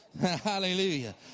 Hallelujah